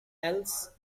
else